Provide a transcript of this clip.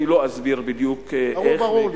אני לא אסביר בדיוק איך, ברור לי.